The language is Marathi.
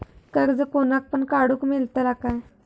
कर्ज कोणाक पण काडूक मेलता काय?